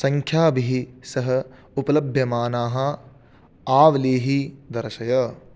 सङ्ख्याभिः सह उपलभ्यमानाः आवलिः दर्शय